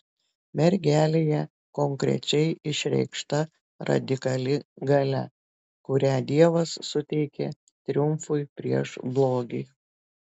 mergelėje konkrečiai išreikšta radikali galia kurią dievas suteikė triumfui prieš blogį